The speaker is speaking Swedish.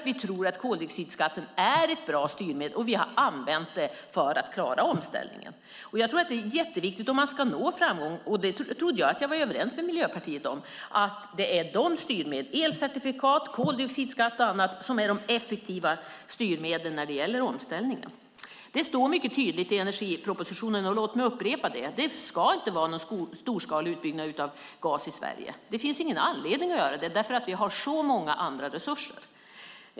Vi tror att koldioxidskatten är ett bra styrmedel, och vi har använt den för att klara omställningen. Om man ska nå framgång tror jag att det är jätteviktigt, och det trodde jag att jag var överens med Miljöpartiet om, att det är dessa styrmedel - elcertifikat, koldioxidskatt och annat - som är de effektiva styrmedlen när det gäller omställningen. Det står mycket tydligt i energipropositionen att det inte ska vara någon storskalig utbyggnad av gas i Sverige. Låt mig upprepa det. Det finns ingen anledning till det eftersom vi har så många andra resurser.